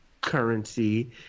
currency